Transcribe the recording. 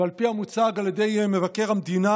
ועל פי המוצג על ידי מבקר המדינה,